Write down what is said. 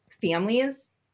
families